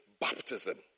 baptism